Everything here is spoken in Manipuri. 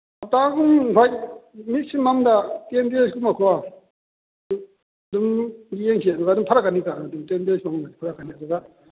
ꯃꯦꯛꯁꯤꯃꯝꯗ ꯂꯥꯏꯛ ꯇꯦꯟ ꯗꯦꯁꯀꯨꯝꯕꯀꯣ ꯑꯗꯨꯝ ꯌꯦꯡꯈꯤꯕꯗ ꯑꯗꯨꯝ ꯐꯔꯛꯀꯅꯤꯗ ꯑꯗꯨꯝ ꯇꯦꯟ ꯗꯦꯁ ꯃꯅꯨꯡꯗ ꯐꯔꯛꯀꯅꯤ ꯑꯗꯨꯒ